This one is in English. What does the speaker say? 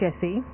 Jesse